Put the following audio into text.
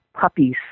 puppies